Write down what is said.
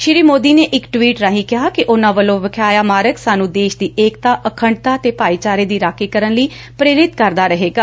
ਸ੍ਰੀ ਮੋਦੀ ਨੇ ਇਕ ਟਵੀਟ ਰਾਹੀ ਕਿਹਾ ੱਕਿ ਉਨੂਾ ੱਵੱਲੋ ਂ ਵਿਖਾਇਆ ਮਾਰਗ ਸਾਨੂੰ ਦੇਸ਼ ਦੀ ਏਕਤਾ ਅਖੰਡਤਾ ਤੇ ਭਾਈਚਾਰੇ ਦੀ ਰਾਖੀ ਕਰਨ ਲਈ ਪ੍ਰੇਰਿਤ ਕਰਦਾ ਰਹੇਗਾ